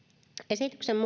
esityksen